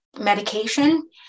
medication